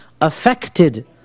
affected